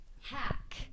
Hack